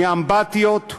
מהאמבטיות,